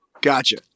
Gotcha